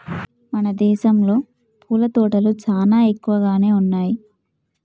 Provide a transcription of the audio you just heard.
మన దేసంలో పూల తోటలు చానా ఎక్కువగానే ఉన్నయ్యి